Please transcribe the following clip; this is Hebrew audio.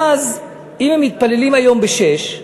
אז, אם הם מתפללים היום ב-06:00,